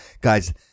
Guys